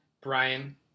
Brian